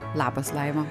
labas laima